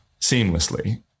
seamlessly